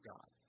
God